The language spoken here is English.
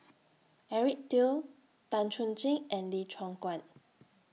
Eric Teo Tan Chuan Jin and Lee Choon Guan